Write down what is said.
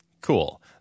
cool